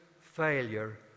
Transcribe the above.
failure